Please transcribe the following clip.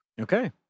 okay